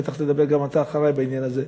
בטח תדבר גם אתה אחרי בעניין הזה,